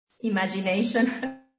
imagination